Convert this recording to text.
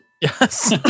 Yes